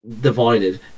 Divided